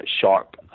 sharp